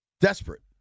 desperate